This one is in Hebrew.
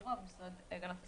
התחבורה והמשרד להגנת הסביבה.